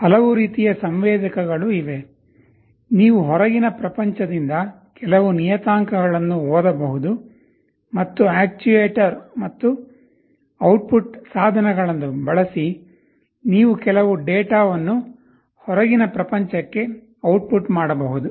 ಹಲವು ರೀತಿಯ ಸಂವೇದಕಗಳು ಇವೆ ನೀವು ಹೊರಗಿನ ಪ್ರಪಂಚದಿಂದ ಕೆಲವು ನಿಯತಾಂಕಗಳನ್ನು ಓದಬಹುದು ಮತ್ತು ಅಕ್ಚುಯೇಟರ್ ಮತ್ತು ಔಟ್ಪುಟ್ ಸಾಧನಗಳನ್ನು ಬಳಸಿ ನೀವು ಕೆಲವು ಡೇಟಾ ವನ್ನು ಹೊರಗಿನ ಪ್ರಪಂಚಕ್ಕೆ ಔಟ್ಪುಟ್ ಮಾಡಬಹುದು